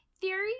theory